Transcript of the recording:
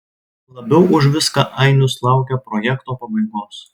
labiau už viską ainius laukia projekto pabaigos